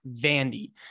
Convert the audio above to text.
Vandy